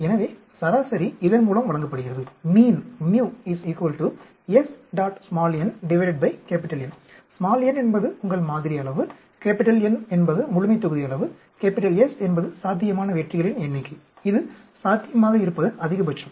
எனவே சராசரி இதன்மூலம் வழங்கப்படுகிறது n என்பது உங்கள் மாதிரி அளவு N என்பது முழுமைத்தொகுதி அளவு S என்பது சாத்தியமான வெற்றிகளின் எண்ணிக்கை இது சாத்தியமாக இருப்பதன் அதிகபட்சம்